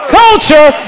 culture